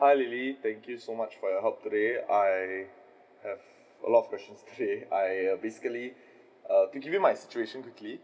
hi lily thank you so much for your help today I have a lot of questions today I basically err to give you my situation quickly